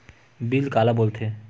Bill काला बोल थे?